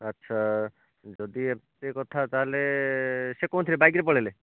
ଆଚ୍ଛା ଯଦି ଏତେ କଥା ତାହେଲେ ସେ କେଉଁଥିରେ ବାଇକ୍ରେ ପଳାଇଲେ